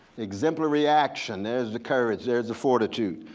exemplary action, there's the courage, there's the fortitude.